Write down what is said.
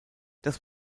das